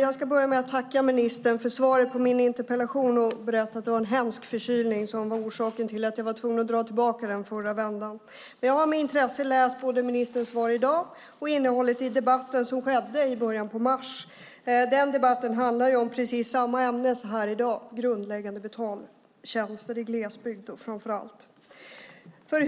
Jag vill tacka ministern för svaret på min interpellation och berätta att det var en hemsk förkylning som var orsaken till att jag var tvungen att dra tillbaka min interpellation i förra vändan. Jag har med intresse tagit del av både ministerns svar i dag och av innehållet i debatten som fördes i början av mars. Den debatten handlade om precis samma ämne som vi debatterar här i dag, alltså grundläggande betaltjänster i framför allt glesbygd.